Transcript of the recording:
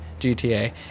GTA